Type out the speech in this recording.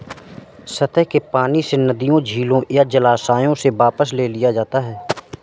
सतह के पानी से नदियों झीलों या जलाशयों से वापस ले लिया जाता है